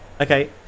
okay